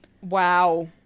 Wow